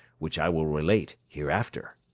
which i will relate hereafter.